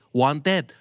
wanted